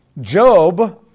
Job